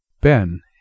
Ben